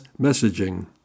messaging